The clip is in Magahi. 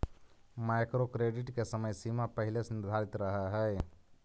माइक्रो क्रेडिट के समय सीमा पहिले से निर्धारित रहऽ हई